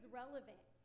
relevant